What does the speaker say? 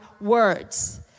words